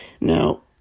Now